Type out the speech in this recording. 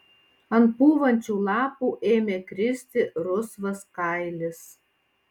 ant pūvančių lapų ėmė kristi rusvas kailis